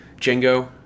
Django